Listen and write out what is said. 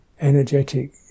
energetic